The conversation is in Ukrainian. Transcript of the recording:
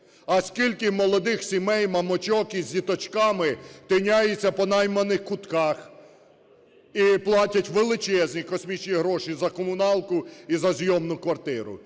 А скільки молодих сімей, мамочок із діточками тиняються по найманих кутках і платять величезні космічні гроші за комуналку і за зйомну квартиру!